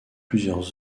plusieurs